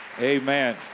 Amen